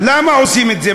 למה עושים את זה?